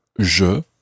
je